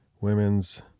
women's